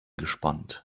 gespannt